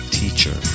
teacher